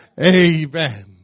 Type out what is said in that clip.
Amen